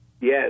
Yes